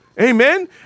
Amen